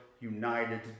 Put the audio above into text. united